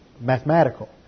mathematical